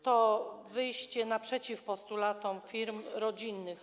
To wyjście naprzeciw postulatom firm rodzinnych.